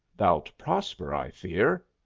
thou'lt prosper, i fear.